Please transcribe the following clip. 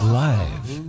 live